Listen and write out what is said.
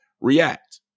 react